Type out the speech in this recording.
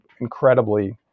incredibly